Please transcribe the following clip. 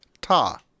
ta